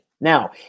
Now